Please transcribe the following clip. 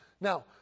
Now